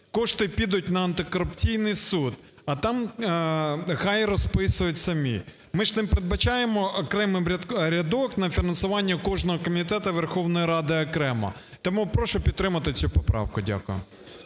Кошти підуть на антикорупційний суд, а там нехай розписують самі. Ми ж не передбачаємо окремо рядок на фінансування кожного комітету Верховної Ради окремо, тому прошу підтримати цю поправку. Дякую.